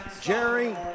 Jerry